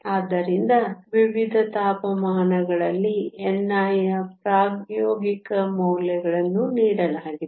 ಆದ್ದರಿಂದ ವಿವಿಧ ತಾಪಮಾನಗಳಲ್ಲಿ ni ಯ ಪ್ರಾಯೋಗಿಕ ಮೌಲ್ಯಗಳನ್ನು ನೀಡಲಾಗಿದೆ